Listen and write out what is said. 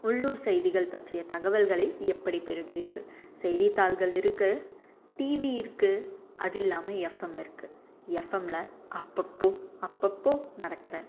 உள்ளூர் செய்திகள் பற்றிய தகவல்களை எப்படி பெறுகிறீர்கள் செய்தித்தாள்கள் இருக்குது டிவி இருக்குது அது இல்லாமல் ஃஎப்எம் இருக்குது ஃஎப்எம்மில் அப்பப்போ அப்பப்போ நடக்கிற